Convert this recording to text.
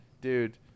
Dude